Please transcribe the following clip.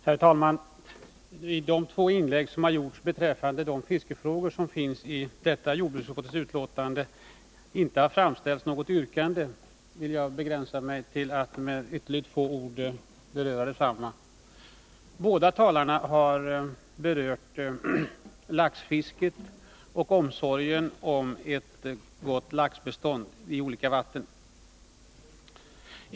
Herr talman! I de två inlägg som har gjorts beträffande de fiskefrågor som behandlas i jordbruksutskottets betänkande nr 4 har det inte framställts något yrkande. Jag vill därför begränsa mig till några ytterligt få ord. Båda talarna har berört laxfisket och omsorgen om ett gott laxbestånd i olika vatten.